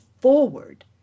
forward